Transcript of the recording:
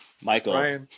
michael